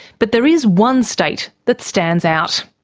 but there is one state that stands out.